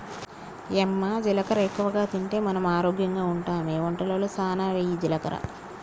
యమ్మ జీలకర్ర ఎక్కువగా తింటే మనం ఆరోగ్యంగా ఉంటామె వంటలలో సానా వెయ్యి జీలకర్ర